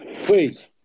Please